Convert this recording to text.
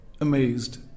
amazed